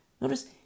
Notice